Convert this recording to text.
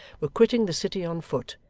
were quitting the city on foot,